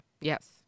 yes